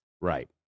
right